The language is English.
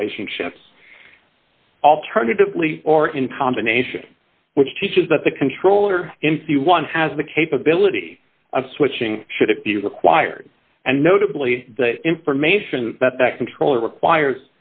relationships alternatively or in combination which teaches that the controller in c one has the capability of switching should it be required and notably the information that that controller require